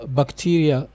bacteria